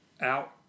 out